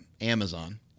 Amazon